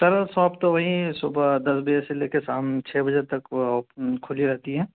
سر ساپ تو وہی صبح دس بجے سے لے کے شام چھ بجے تک کھلی رہتی ہے